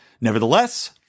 Nevertheless